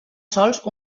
sols